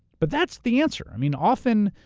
but that's the answer. i mean, often,